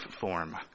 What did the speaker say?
form